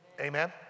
Amen